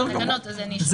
ואם אין תקנות, אין אישור.